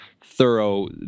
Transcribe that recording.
thorough